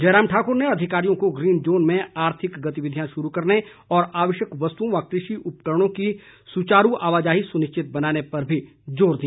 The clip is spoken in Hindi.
जयराम ठाकुर ने अधिकारियों को ग्रीन जोन में आर्थिक गतिविधियां शुरू करने और आवश्यक वस्तुओं व कृषि उपकरणों की सुचारू आवाजाही सुनिश्चित बनाने पर भी जोर दिया